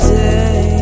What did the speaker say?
day